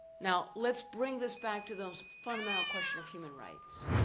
now let's bring this back to those fundamental question of human rights.